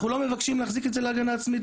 אנחנו לא מבקשים להחזיק את זה להגנה עצמית,